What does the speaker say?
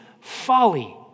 folly